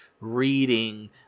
reading